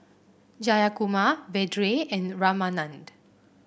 Jayakumar Vedre and Ramanand